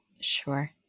Sure